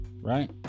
right